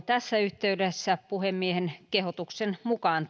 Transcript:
tässä yhteydessä lyhyen esittelypuheenvuoron puhemiehen kehotuksen mukaan